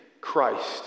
Christ